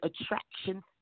attraction